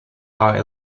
are